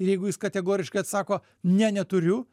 jeigu jis kategoriškai atsako ne neturiu